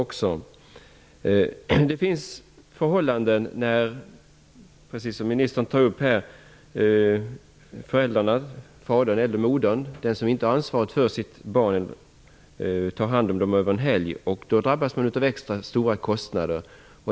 Precis som ministern påpekar i sitt svar finns det förhållanden då den förälder, fadern eller modern, som inte har ansvaret för sitt barn tar hand om barnet över en helg. Föräldern kan då drabbas av extra stora kostnader.